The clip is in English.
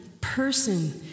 person